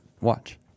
watch